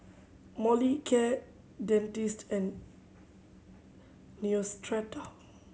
Molicare Dentiste and Neostrata